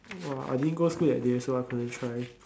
orh I didn't go school that day so I couldn't try